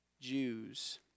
Jews